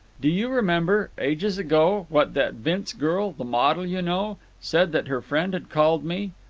do you remember ages ago what that vince girl, the model, you know, said that her friend had called me?